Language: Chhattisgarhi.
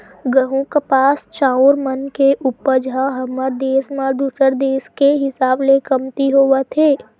गहूँ, कपास, चाँउर मन के उपज ह हमर देस म दूसर देस के हिसाब ले कमती होवत हे